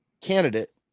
candidate